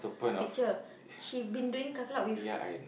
picture she been doing car club with